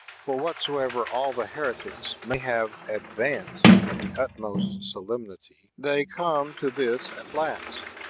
for whatsoever all the heretics may have advanced with the utmost solemnity, they come to this at last,